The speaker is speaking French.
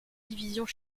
divisions